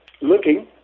looking